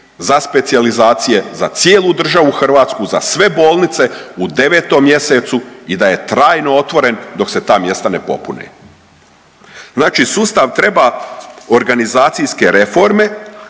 za specijalizacije za cijelu državu Hrvatsku, za sve bolnice u 9. mjesecu i da je trajno otvoren dok se ta mjesta ne popune. Znači sustav treba organizacijske reforme,